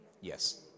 yes